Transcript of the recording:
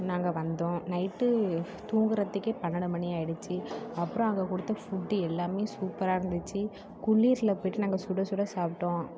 நாங்கள் வந்தோம் நைட்டு தூங்குகிறத்துக்கே பன்னெண்டு மணி ஆகிடுச்சி அப்றம் அங்கே கொடுத்த ஃபுட் எல்லாம் சூப்பராக இருந்துச்சு குளிரில் போய்ட்டு நாங்கள் சுட சுட சாப்பிட்டோம்